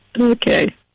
Okay